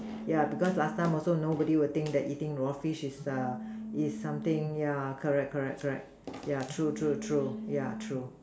yeah because last time also nobody will think that eating raw fish is is something yeah correct correct correct yeah true true true yeah true